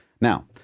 Now